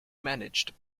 managed